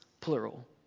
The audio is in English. plural